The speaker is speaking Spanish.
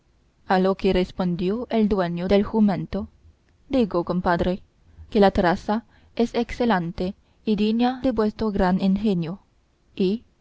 a lo que respondió el dueño del jumento digo compadre que la traza es excelente y digna de vuestro gran ingenio y